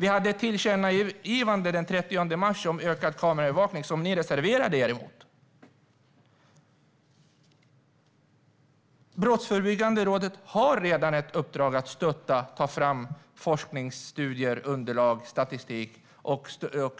Vi hade också den 30 mars ett tillkännagivande om ökad kameraövervakning som ni reserverade er emot. Tillsammans mot brott - ett nationellt brotts-förebyggande program Brottsförebyggande rådet har redan ett uppdrag att ta fram forskningsstudier, underlag och statistik och